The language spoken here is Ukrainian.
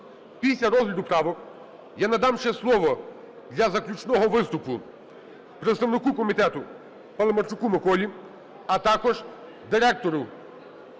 Після розгляду правок я надам ще слово для заключного виступу представнику комітету Паламарчуку Миколі, а також директору